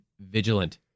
vigilant